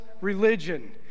religion